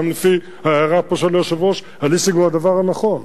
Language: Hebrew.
גם לפי ההערה של היושב-ראש הליסינג הוא הדבר הנכון.